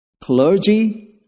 clergy